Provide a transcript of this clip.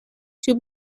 two